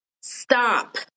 Stop